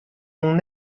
mon